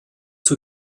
zur